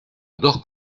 dos